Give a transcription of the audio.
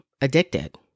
addicted